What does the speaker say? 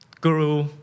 guru